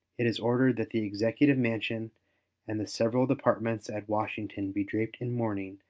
it is ordered that the executive mansion and the several departments at washington be draped in mourning,